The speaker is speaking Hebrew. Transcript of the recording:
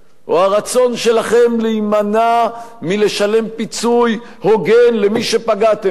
או הרצון שלכם להימנע מלשלם פיצוי הוגן למי שפגעתם בו?